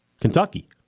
Kentucky